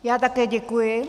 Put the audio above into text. Já také děkuji.